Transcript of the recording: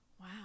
wow